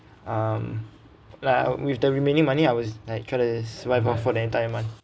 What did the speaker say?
um like ah with the remaining money I will like kind of survive ah for the entire month